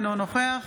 אינו נוכח